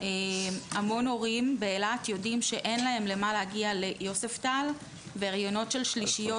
המון הורים באילת יודעים שאין להם למה להגיע ליוספטל והריונות של שלישיות